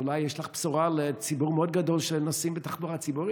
אולי יש לך בשורה לציבור מאוד גדול של הנוסעים בתחבורה הציבורית?